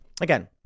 Again